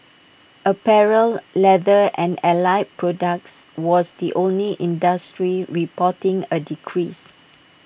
apparel leather and allied products was the only industry reporting A decrease